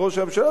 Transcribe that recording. וראש הממשלה,